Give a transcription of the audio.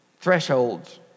thresholds